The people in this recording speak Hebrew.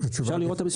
אפשר לראות את המספרים.